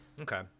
Okay